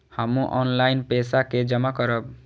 हमू ऑनलाईनपेसा के जमा करब?